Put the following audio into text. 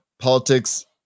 politics